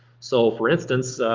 so for instance,